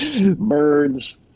birds